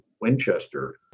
Winchester